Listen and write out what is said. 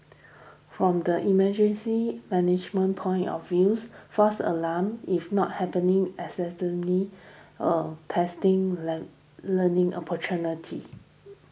from the emergency management point of views false alarms if not happening incessantly testing learning opportunities